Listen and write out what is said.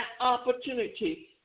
opportunity